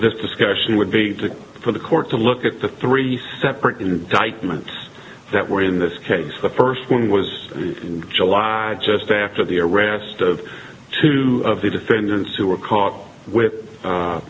this discussion with vedic for the court to look at the three separate indictments that were in this case the first one was in july just after the arrest of two of the defendants who were caught with